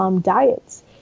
diets